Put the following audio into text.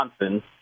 Johnson